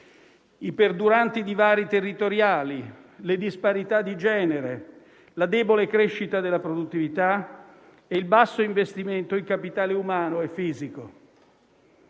i perduranti divari territoriali, le disparità di genere, la debole crescita della produttività e il basso investimento in capitale umano e fisico.